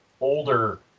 older